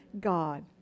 God